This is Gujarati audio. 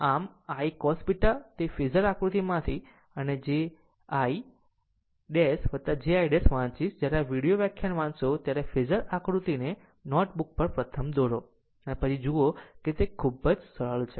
આમ I cos β તે ફેઝર આકૃતિમાંથી અને j i ' j i ' વાંચીશ જ્યારે આ વિડિઓ વ્યાખ્યાન વાંચશે ત્યારે ફેઝર આકૃતિને નોટ બુક પર પ્રથમ દોરો પછી જુઓ કે તે એક ખૂબ જ સરળ છે